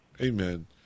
Amen